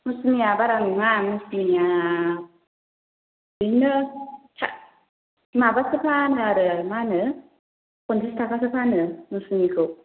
मौसुमिया बारा नङा मौसुमिनिया बिदिनो सा माबासो फानो आरो मा होनो पनसास थाखासो फानो मौसुमिखौ